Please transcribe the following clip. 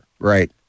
Right